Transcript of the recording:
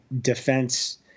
defense